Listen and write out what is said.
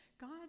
god